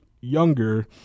younger